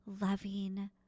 loving